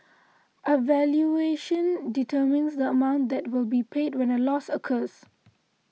a valuation determines the amount that will be paid when a loss occurs